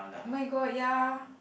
my god ya